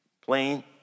Plain